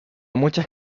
muchas